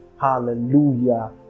Hallelujah